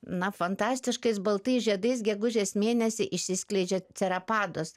na fantastiškais baltais žiedais gegužės mėnesį išsiskleidžia cerapados